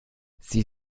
sie